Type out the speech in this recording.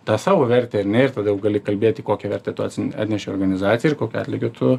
tą savo vertę ar ne ir todėl gali kalbėti kokią vertę tu atneši organizacijai ir kokio atlygio tu